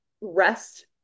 rest